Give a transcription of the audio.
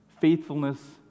faithfulness